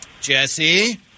Jesse